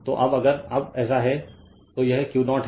तो अब अगर अब ऐसा है तो यह Q0 है